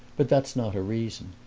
but that's not a reason.